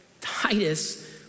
Titus